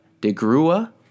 DeGrua